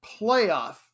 playoff